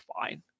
fine